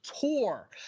tour